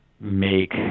make